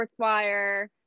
Sportswire